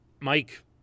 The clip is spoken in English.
Mike